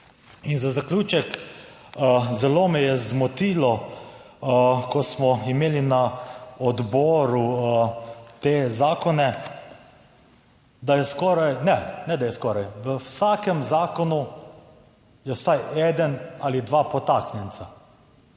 za zaključek. Zelo me je zmotilo, ko smo imeli na odboru te zakone, da je skoraj, ne, ne da je skoraj v vsakem zakonu je vsaj eden ali dva potaknjenca.